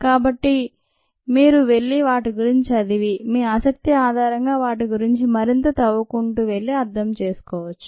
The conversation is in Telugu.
కాబట్టి మీరు వెళ్లి వాటి గురించి చదివి మీ ఆసక్తి ఆధారంగా వాటి గురించి మరింత తవ్వుకుంటూ వెళ్ళి అర్థం చేసుకోవచ్చు